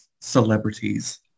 celebrities